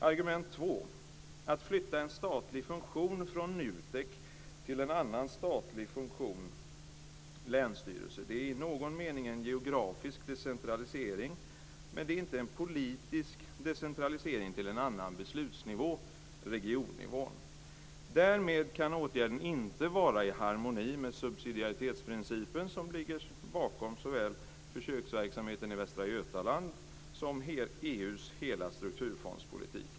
Argument 2: Att flytta en statlig funktion från NUTEK till en annan statlig funktion, länsstyrelser, är i någon mening en geografisk decentralisering, men det är inte en politisk decentralisering till en annan beslutsnivå, regionnivån. Därmed kan åtgärden inte vara i harmoni med subsidiaritetsprincipen, som ligger bakom såväl försöksverksamheten i Västra Götaland som EU:s hela strukturfondspolitik.